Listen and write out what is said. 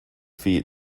feet